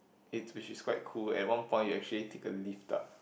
it which is quite cool and one point you actually take a lift up